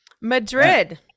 Madrid